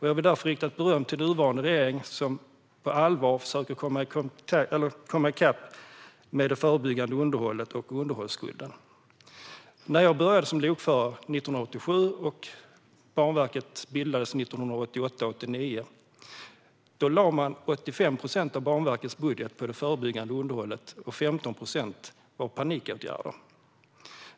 Jag vill därför rikta beröm till den nuvarande regeringen som på allvar försöker komma i kapp med det förebyggande underhållet och underhållsskulden. Jag började som lokförare 1987. Banverket bildades 1988-89, och då lade man 85 procent av Banverkets budget på det förebyggande underhållet och 15 procent på panikåtgärder.